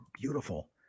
beautiful